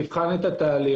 תבחן את התהליך.